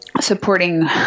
supporting